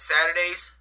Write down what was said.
Saturdays